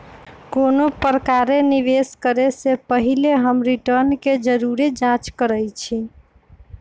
कोनो प्रकारे निवेश करे से पहिले हम रिटर्न के जरुरे जाँच करइछि